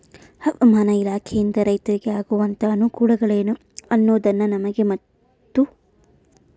ಹವಾಮಾನ ಇಲಾಖೆಯಿಂದ ರೈತರಿಗೆ ಆಗುವಂತಹ ಅನುಕೂಲಗಳೇನು ಅನ್ನೋದನ್ನ ನಮಗೆ ಮತ್ತು?